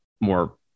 more